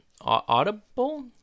audible